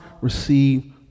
receive